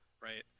right